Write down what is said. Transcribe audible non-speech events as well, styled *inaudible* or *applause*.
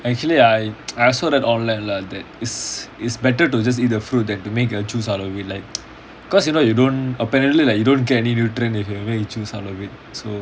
actually I I also read online lah that is it's better to just eat the fruit than to make the juice out of it like *noise* cause you know you don't apparently like you don't nutrient if you make juice out of it so